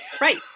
Right